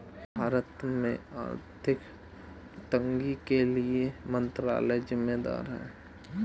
भारत में आर्थिक तंगी के लिए वित्त मंत्रालय ज़िम्मेदार है